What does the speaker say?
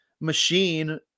machine